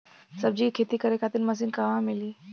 सब्जी के खेती करे खातिर मशीन कहवा मिली?